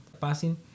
passing